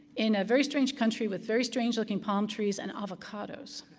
in a very strange country with very strange-looking palm trees and avocados